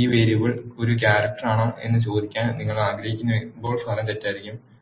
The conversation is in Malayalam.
ഈ വേരിയബിൾ ഒരു ക്യരക്ടറാണോ എന്ന് ചോദിക്കാൻ നിങ്ങൾ ആഗ്രഹിക്കുമ്പോൾ ഫലം തെറ്റായിരിക്കും